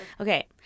Okay